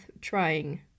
trying